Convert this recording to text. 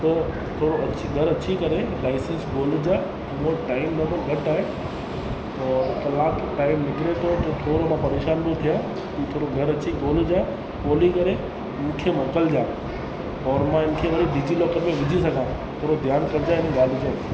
पोइ थोरो अच घर अची करे लाईसंस ॻोल्ह जा मूं वटि टाइम ॾाढो घटि आहे कलाक टाइम निकिरे थो और मां परेशान थो थियां तूं घरि अची ॻोल्हजांइ ॻोल्हे करे मूंखे मोकिलजांइ और हिनखे मां डिजीलोकर में विझी सघा थोरो ध्यानु कजांइ हिन ॻाल्हि जो